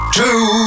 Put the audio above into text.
two